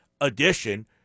edition